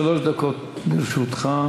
שלוש דקות לרשותך.